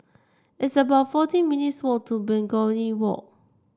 it's about forty minutes' walk to Begonia Walk